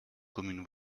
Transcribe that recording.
communes